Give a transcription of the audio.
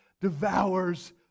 devours